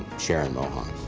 sharon mohon.